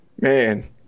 man